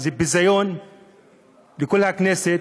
זה ביזיון לכל הכנסת,